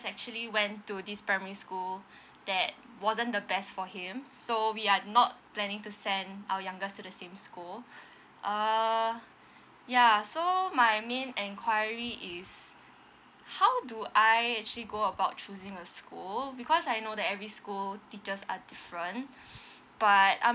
actually went to this primary school that wasn't the best for him so we are not planning to send our youngest to the same school err ya so my main enquiry is how do I actually go about choosing a school because I know that every school teachers are different but I'm